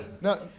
No